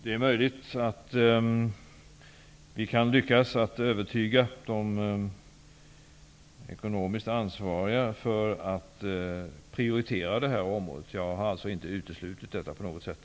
Det är möjligt att vi kan lyckas att övertyga de ekonomiskt ansvariga om att prioritera detta område, vilket jag inte på något sätt har uteslutit.